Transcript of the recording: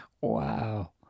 Wow